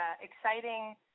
exciting